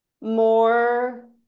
more